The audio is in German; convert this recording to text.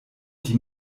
die